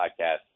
podcast